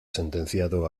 sentenciado